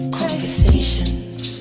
conversations